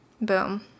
boom